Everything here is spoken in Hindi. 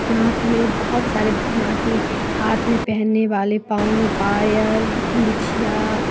नाक में बहुत सारे आती हाथ में पहनने वाले पांव में पायल बिछिया